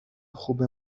خوبه